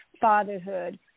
fatherhood